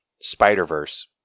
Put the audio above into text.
Spider-Verse